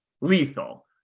lethal